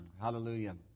Hallelujah